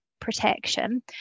protection